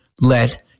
let